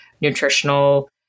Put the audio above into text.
nutritional